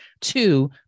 Two